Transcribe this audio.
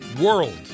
world